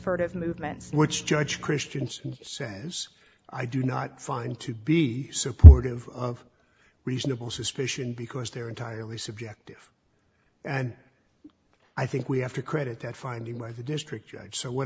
furtive movements which judge christians says i do not find to be supportive of reasonable suspicion because they're entirely subjective and i think we have to credit that finding by the district judge so what